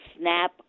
Snap